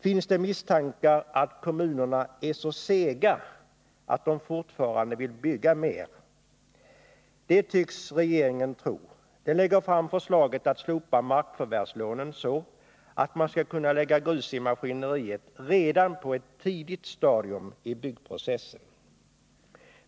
Finns det misstankar att kommunerna är så sega att de fortfarande vill bygga mer? Det tycks regeringen tro. Den lägger fram förslaget att slopa markförvärvslånen, så att man kan lägga grus i maskineriet redan på ett tidigt stadium i byggprocessen.